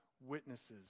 witnesses